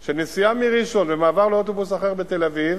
של נסיעה מראשון, מעבר לאוטובוס אחר בתל-אביב,